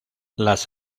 las